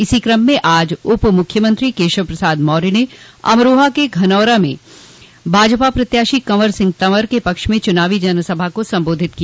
इसी क्रम में आज उप मुख्यमंत्री केशव प्रसाद मौर्य ने अमरोहा के धनौरा में भाजपा प्रत्याशी कंवर सिंह तंवर के पक्ष में चुनावी जनसभा को संबोधित किया